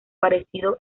parecido